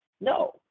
No